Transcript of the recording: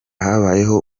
habayeho